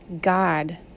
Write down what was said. God